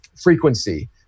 frequency